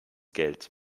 geld